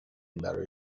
برای